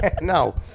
No